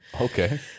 okay